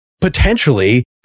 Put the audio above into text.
potentially